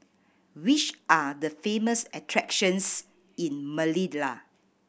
which are the famous attractions in Manila